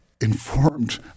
informed